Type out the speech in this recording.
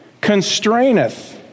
constraineth